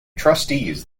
trustees